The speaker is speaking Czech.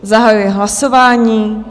Zahajuji hlasování.